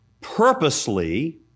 purposely